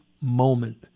moment